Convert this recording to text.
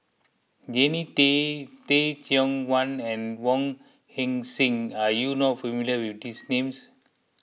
Jannie Tay Teh Cheang Wan and Wong Heck Sing are you not familiar with these names